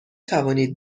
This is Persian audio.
توانید